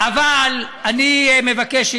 אבל אני מבקש,